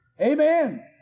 Amen